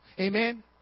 Amen